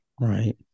Right